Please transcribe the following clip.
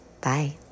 Bye